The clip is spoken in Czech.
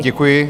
Děkuji.